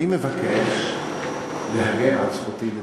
אני מבקש להגן על זכותי לדבר.